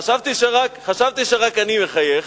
חשבתי שרק אני מחייך.